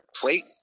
plate